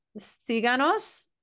Síganos